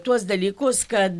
tuos dalykus kad